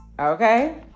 Okay